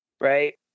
right